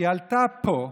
היא עלתה לפה,